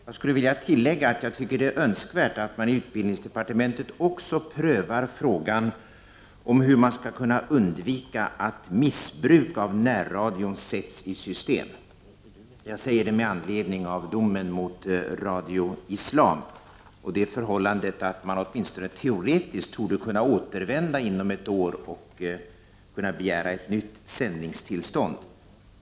Jag skulle vilja tillägga att jag tycker det är önskvärt att man i utbildningsdepartementet också prövar frågan om hur man skall kunna undvika att missbruk av närradion sätts i system. Jag säger detta med anledning av domen mot Radio Islam och det förhållandet att man åtminstone teoretiskt torde kunna återvända inom ett år med en begäran om ett nytt sändningstillstånd.